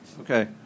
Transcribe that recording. Okay